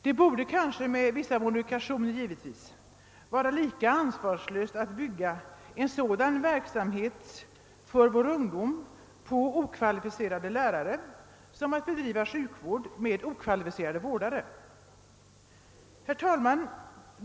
Det borde, kanske med vissa modifikationer, givetvis anses lika ansvarslöst att bygga en sådan verksamhet för vår ungdom på okvalificerade lärare som att bedriva sjukvård med okvalificerade vårdare. Herr talman!